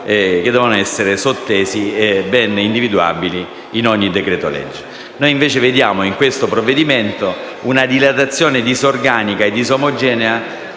Noi invece notiamo in questo provvedimento una dilatazione disorganica e disomogenea